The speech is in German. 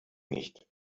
nicht